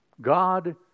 God